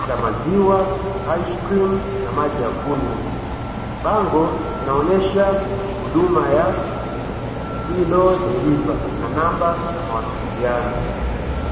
za maziwa, aisikrimu na maji ya kunywa. Bango linaonesha huduma ya 'food delivery' na namba za mawasiliano.